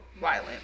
violent